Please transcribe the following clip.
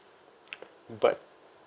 but